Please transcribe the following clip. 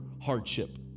hardship